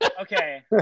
Okay